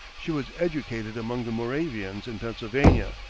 she was educated among the moravians in pennsylvania,